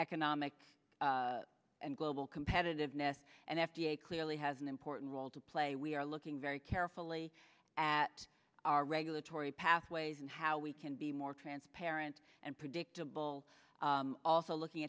economic and global competitiveness and f d a clearly has an important role to play we are looking very carefully at our regulatory pathways and how we can be more transparent and predictable also looking